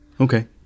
okay